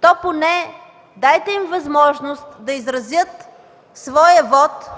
то поне дайте им възможност да изразят своя вот